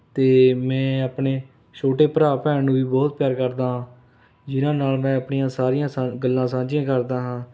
ਅਤੇ ਮੈਂ ਆਪਣੇ ਛੋਟੇ ਭਰਾ ਭੈਣ ਨੂੰ ਵੀ ਬਹੁਤ ਪਿਆਰ ਕਰਦਾ ਹਾਂ ਜਿਨ੍ਹਾਂ ਨਾਲ਼ ਮੈਂ ਆਪਣੀਆ ਸਾਰੀਆਂ ਸਾ ਗੱਲਾਂ ਸਾਂਝੀਆਂ ਕਰਦਾ ਹਾਂ